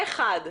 פה אחד.